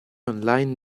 online